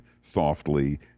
softly